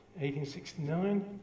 1869